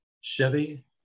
Chevy